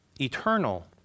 eternal